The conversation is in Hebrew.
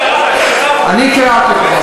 קראתי את החוק.